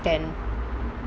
then